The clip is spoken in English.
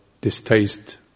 distaste